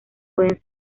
pueden